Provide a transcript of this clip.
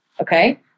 okay